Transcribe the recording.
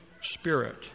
spirit